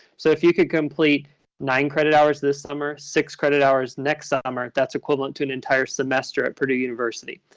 so if you could complete nine credit hours this summer, six credit hours next summer, that's equivalent to an entire semester at purdue university.